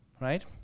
right